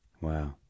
Wow